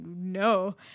no